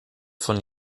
von